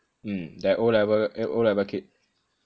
mm that o'level eh o'level kid